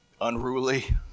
unruly